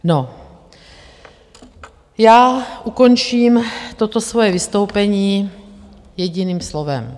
No, já ukončím toto svoje vystoupení jediným slovem.